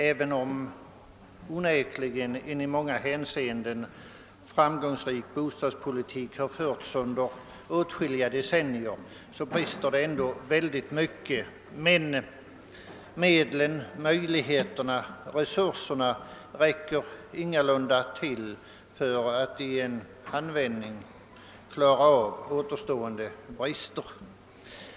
även om onekligen i många avseenden en framgångsrik bostadspolitik förts under åtskilliga decennier brister det ändå mycket. Medlen, möjligheterna, resurserna räcker ingalunda till för att i en handvändning klara av återstående brister.